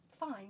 fine